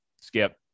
skip